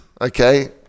okay